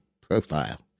profile